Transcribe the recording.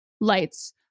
lights